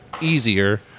easier